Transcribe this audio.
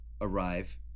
arrive